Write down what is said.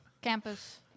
Campus